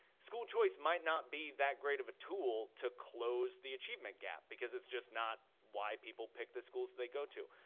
school choice might not be that great of a tool to close the achievement gap because it's just not why people pick the schools they go to.